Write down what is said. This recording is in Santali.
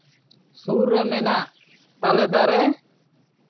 ᱥᱩᱨ ᱨᱮ ᱢᱮᱱᱟᱜ ᱛᱟᱞᱮ ᱫᱟᱨᱮ